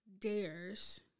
dares